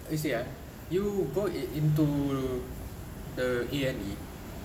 you see eh go into the A&E